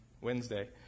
Wednesday